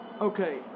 Okay